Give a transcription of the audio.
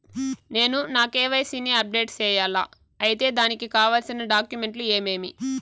నేను నా కె.వై.సి ని అప్డేట్ సేయాలా? అయితే దానికి కావాల్సిన డాక్యుమెంట్లు ఏమేమీ?